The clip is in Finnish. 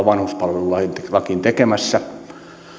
vanhuspalvelulakiin tekemässä